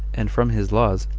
and from his laws,